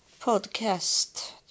podcast